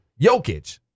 Jokic